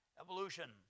evolution